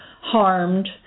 harmed